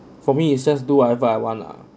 for me it's just do whatever I want lah